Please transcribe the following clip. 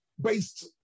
based